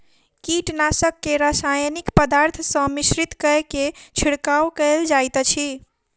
कीटनाशक के रासायनिक पदार्थ सॅ मिश्रित कय के छिड़काव कयल जाइत अछि